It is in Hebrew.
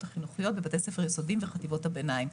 החינוכיות בבתי ספר יסודיים וחטיבות הביניים.